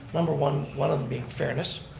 number one, one of them being fairness.